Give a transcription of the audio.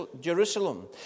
Jerusalem